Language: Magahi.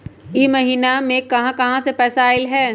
इह महिनमा मे कहा कहा से पैसा आईल ह?